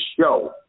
show